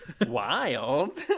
Wild